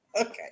Okay